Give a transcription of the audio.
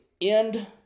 end